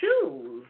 shoes